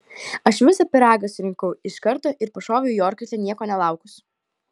aš visą pyragą surinkau iš karto ir pašoviau į orkaitę nieko nelaukus